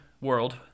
World